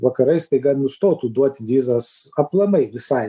vakarai staiga nustotų duoti vizas aplamai visai